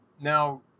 Now